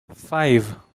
five